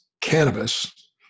cannabis